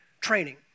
training